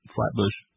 Flatbush